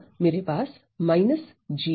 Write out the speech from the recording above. अतः मेरे पास gdx है